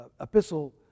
epistle